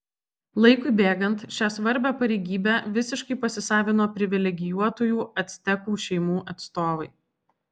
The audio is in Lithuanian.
laikui bėgant šią svarbią pareigybę visiškai pasisavino privilegijuotųjų actekų šeimų atstovai